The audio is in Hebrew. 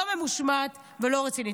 לא ממושמעת ולא רצינית.